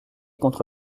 contre